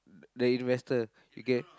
the investors okay